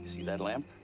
see that lamp?